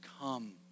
come